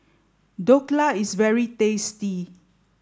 Dhokla is very tasty